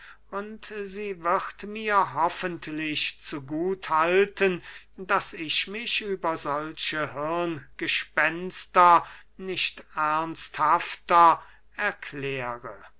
und sie wird mir hoffentlich zu gut halten daß ich mich über solche hirngespenster nicht ernsthafter erkläre